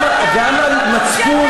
רק לשנה.